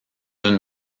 une